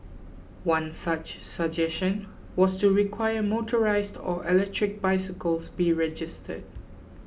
one such suggestion was to require motorised or electric bicycles be registered